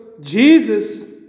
Jesus